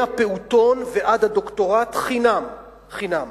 מהפעוטון ועד הדוקטורט חינם, חינם.